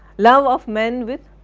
love of men with,